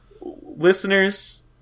Listeners